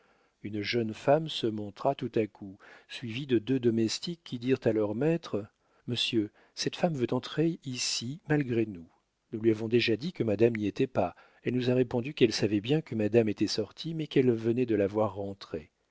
une jeune femme se montra tout à coup suivie de deux domestiques qui dirent à leur maître monsieur cette femme veut entrer ici malgré nous nous lui avons déjà dit que madame n'y était pas elle nous a répondu qu'elle savait bien que madame était sortie mais qu'elle venait de la voir